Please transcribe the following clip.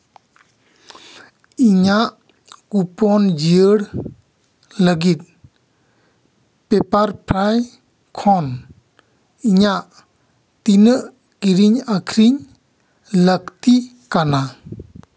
ᱤᱧᱟᱹᱜ ᱠᱩᱯᱚᱱ ᱡᱤᱭᱟᱹᱲ ᱞᱟᱹᱜᱤᱫ ᱯᱮᱯᱟᱨ ᱯᱷᱨᱟᱭ ᱠᱷᱚᱱ ᱤᱧᱟᱹᱜ ᱛᱤᱱᱟᱹᱜ ᱠᱤᱨᱤᱧ ᱟᱹᱠᱷᱨᱤᱧ ᱞᱟᱹᱠᱛᱤ ᱠᱟᱱᱟ